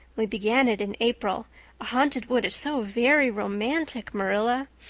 we began it in april. a haunted wood is so very romantic, marilla.